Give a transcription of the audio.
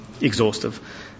exhaustive